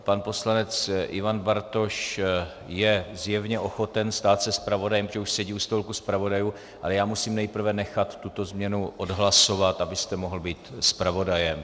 Pan poslanec Ivan Bartoš je zjevně ochoten stát se zpravodajem, protože už sedí u stolku zpravodajů, ale já musím nejprve nechat tuto změnu odhlasovat, abyste mohl být zpravodajem.